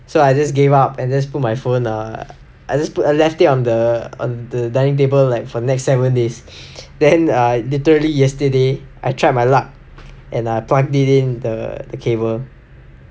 so I just gave up and just put my phone err I just put I left it on the on the dining table like for the next seven days then uh literally yesterday I tried my luck and I plug it in the the cable